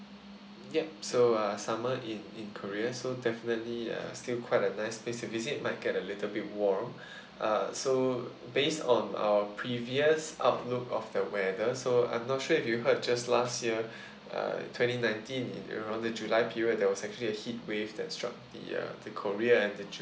yup so uh summer in in korea so definitely uh still quite a nice place to visit might get a little bit warm uh so based on our previous outlook of the weather so I'm not sure if you heard just last year uh twenty nineteen in around the july period there was actually a heatwave that struck the uh the korea and the